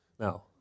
Now